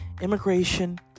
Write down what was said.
immigration